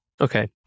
Okay